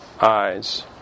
eyes